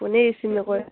ফোনেই ৰিচিভ নকৰে